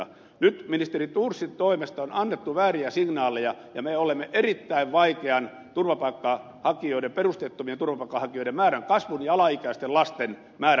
nyt ministeri thorsin toimesta on annettu vääriä signaaleja ja me olemme erittäin vaikean perusteettomien turvapaikanhakijoiden määrän kasvun ja alaikäisten lasten määrän kasvun edessä